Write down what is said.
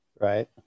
Right